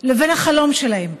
לבין החלום שלהם,